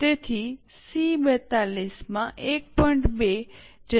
તેથી સી 42 માં 1